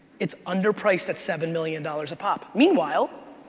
it's under-priced at seven million dollars a pop. meanwhile,